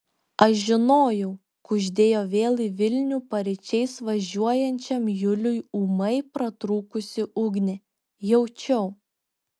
aš žinojau kuždėjo vėl į vilnių paryčiais važiuojančiam juliui ūmai pratrūkusi ugnė jaučiau